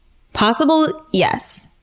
possible? yes.